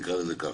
נקרא לזה כך.